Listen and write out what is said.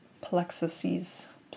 plexuses